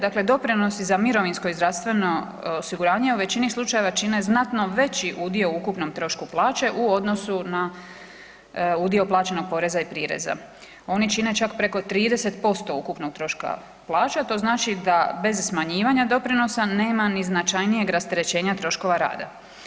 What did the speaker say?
Dakle, doprinosi za mirovinsko i zdravstveno osiguranje u većini slučajeva čine znatno veći udio u ukupnom trošku plaće u odnosu na udio plaće na poreza i prireza, oni čine čak preko 30% ukupnog troška plaće, a to znači da bez smanjivanja doprinosa nema ni značajnijeg rasterećenja troškova rada.